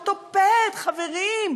אורתופד, חברים.